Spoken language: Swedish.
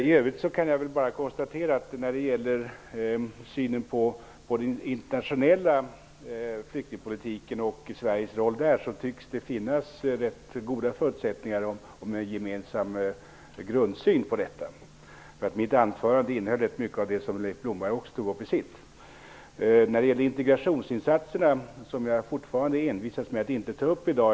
I övrigt kan jag väl bara konstatera att i fråga om den internationella flyktingpolitiken och Sveriges roll där tycks det finnas rätt goda förutsättningar för en gemensam grundsyn. Mitt anförande innehöll rätt mycket av det som Leif Blomberg också tog upp i sitt. Integrationsinsatserna envisas jag fortfarande med att inte ta upp i dag.